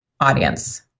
audience